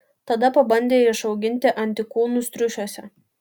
tada pabandė išauginti antikūnus triušiuose